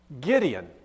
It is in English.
Gideon